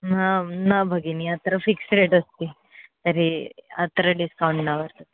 न न भगिनी अत्र फ़िक्स् रेट् अस्ति तर्हि अत्र डिस्कौण्ट् न वर्तते